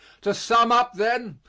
to sum up, then,